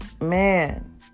Man